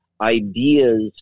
ideas